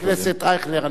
חבר הכנסת אייכלר,